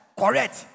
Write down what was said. correct